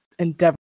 Endeavor